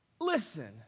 Listen